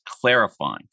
clarifying